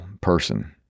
person